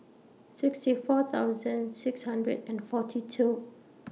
sixty four thousand six hundred and forty two